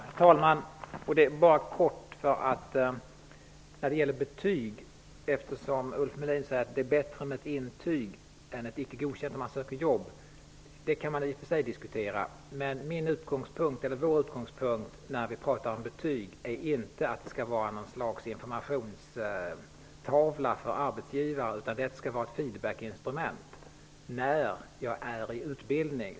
Herr talman! Låt mig bara kort kommentera detta med betyg. Ulf Melin säger att det är bättre med ett intyg än ett icke godkänt betyg när man söker jobb. Det kan i och för sig diskuteras. Vår utgångspunkt när vi pratar om betyg är inte att det skall vara något slags informationstavla för arbetsgivare. Det skall vara ett ''feedback''- instrument när man är i utbildning.